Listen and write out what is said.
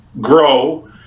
grow